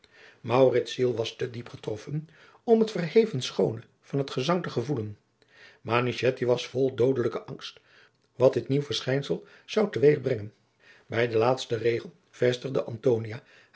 ziel was te diep getroffen om het verheven schoone van het gezang te gevoelen manichetti was vol doodelijken angst wat dit nieuw verschijnfel zou te weeg brengen bij den laatsten regel vestigde